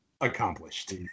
accomplished